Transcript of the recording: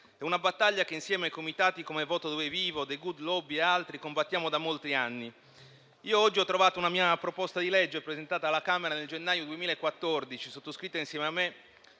È una battaglia che, insieme ai comitati come "Voto dove vivo", "The good lobby" e altri, combattiamo da molti anni. Io oggi ho trovato una mia proposta di legge, presentata alla Camera nel gennaio 2014 e sottoscritta insieme a me